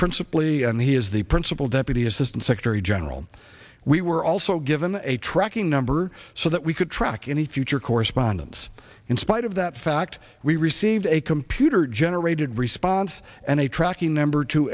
principly and he is the principal deputy assistant secretary general we were also given a tracking number so that we could track any future correspondence in spite of that fact we received a computer generated response and a tracking number t